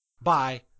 Bye